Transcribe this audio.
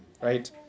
Right